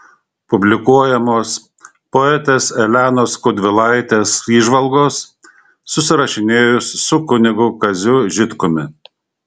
publikuojamos poetės elenos skaudvilaitės įžvalgos susirašinėjus su kunigu kaziu žitkumi